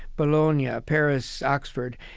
bologna, ah paris, oxford.